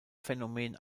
phänomen